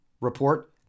Report